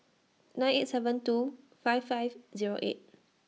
nine eight seven two five five Zero eight